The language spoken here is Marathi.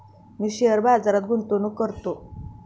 मी शेअर बाजारात गुंतवणूक करतो